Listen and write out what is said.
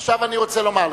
עכשיו, אני רוצה לומר לך: